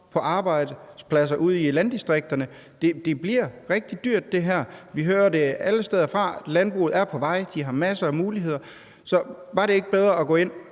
arbejdspladser ude i landdistrikterne? Det her bliver rigtig dyrt. Vi hører alle steder fra, at landbruget er på vej, at de har masser af muligheder, så var det ikke bedre at gå ind